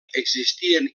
existien